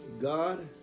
God